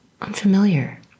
unfamiliar